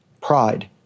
pride